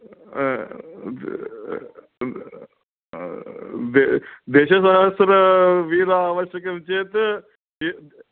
दशसहस्रे वीणा अवश्यकं चेत्